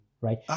right